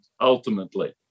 ultimately